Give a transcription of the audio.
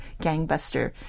gangbuster